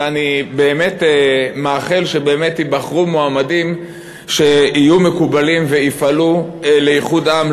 ואני באמת מאחל שייבחרו מועמדים שיהיו מקובלים ויפעלו לאיחוד העם,